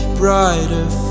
brighter